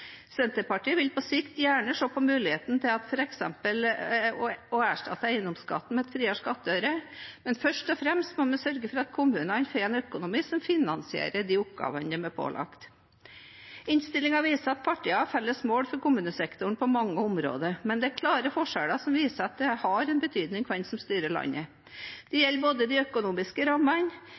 Senterpartiet vil på sikt gjerne se på muligheten til f.eks. å erstatte eiendomsskatten med en friere skattøre, men først og fremst må vi sørge for at kommunene får en økonomi som finansierer de oppgavene de er pålagt. Innstillingen viser at partiene har felles mål for kommunesektoren på mange områder, men det er klare forskjeller som viser at det har en betydning hvem som styrer landet. Dette gjelder både de økonomiske rammene